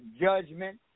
judgment